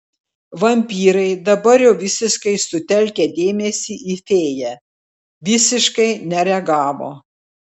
vampyrai dabar jau visiškai sutelkę dėmesį į fėją visiškai nereagavo